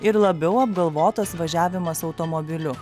ir labiau apgalvotas važiavimas automobiliu